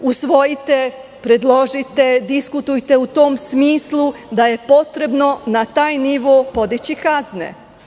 Usvojite, predložite, diskutujte u tom smislu da je potrebno na taj nivo podići kazne.